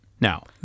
Now